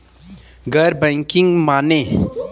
गैर बैंकिंग माने?